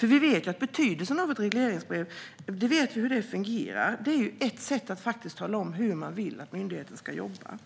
Vi vet betydelsen av ett regleringsbrev och hur det fungerar. Det är ett sätt att tala om hur man vill att myndigheten ska jobba.